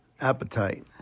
Appetite